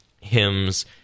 hymns